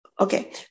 Okay